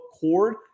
cord